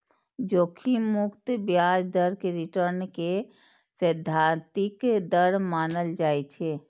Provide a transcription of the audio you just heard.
जोखिम मुक्त ब्याज दर कें रिटर्न के सैद्धांतिक दर मानल जाइ छै